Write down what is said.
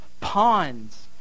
ponds